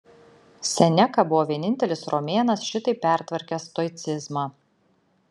seneka buvo vienintelis romėnas šitaip pertvarkęs stoicizmą